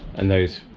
and there's